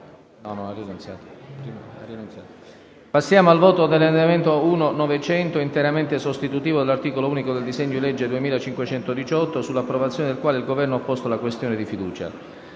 presentato dal Governo, interamente sostitutivo dell'articolo unico del disegno di legge n. 2518, sull'approvazione del quale il Governo ha posto la questione di fiducia.